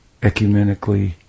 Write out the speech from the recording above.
ecumenically